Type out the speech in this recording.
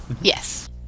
Yes